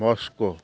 Moscow